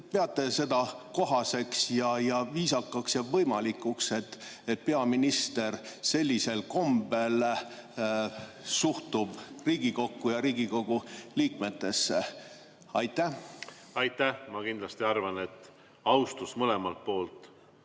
peate seda kohaseks, viisakaks ja võimalikuks, et peaminister sellisel kombel suhtub Riigikokku ja Riigikogu liikmetesse? Aitäh! Ma kindlasti arvan, et austust mõlemalt poolt